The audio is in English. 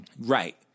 Right